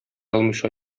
алмыйча